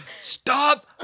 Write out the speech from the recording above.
Stop